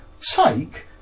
take